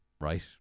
right